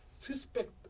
suspect